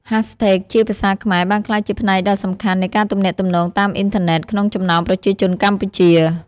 Hashtags ជាភាសាខ្មែរបានក្លាយជាផ្នែកដ៏សំខាន់នៃការទំនាក់ទំនងតាមអ៊ីនធឺណិតក្នុងចំណោមប្រជាជនកម្ពុជា។